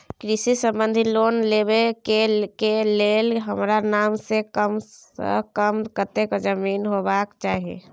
कृषि संबंधी लोन लेबै के के लेल हमरा नाम से कम से कम कत्ते जमीन होबाक चाही?